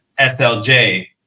SLJ